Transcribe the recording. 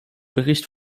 bericht